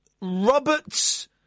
Robert's